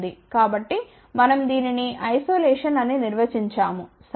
కాబట్టి మనం దీనిని ఐసోలేషన్ అని నిర్వచించాము సరే